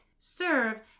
serve